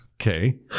okay